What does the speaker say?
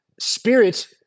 spirit